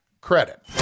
credit